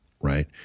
right